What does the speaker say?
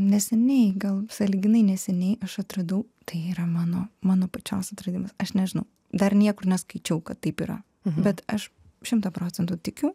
neseniai gal sąlyginai neseniai aš atradau tai yra mano mano pačios atradimas aš nežinau dar niekur neskaičiau kad taip yra bet aš šimtą procentų tikiu